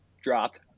dropped